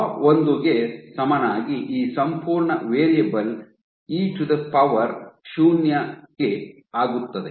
tau ಒಂದು ಗೆ ಸಮನಾಗಿ ಈ ಸಂಪೂರ್ಣ variable e to the power ಶೂನ್ಯ ಕ್ಕೆ ಆಗುತ್ತದೆ